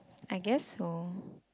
I guess so